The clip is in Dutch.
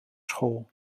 school